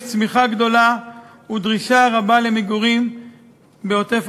יש צמיחה גדולה ודרישה רבה למגורים בעוטף-עזה.